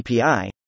API